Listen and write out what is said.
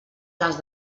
les